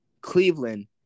Cleveland